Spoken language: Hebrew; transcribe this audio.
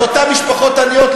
לאותן משפחות עניות,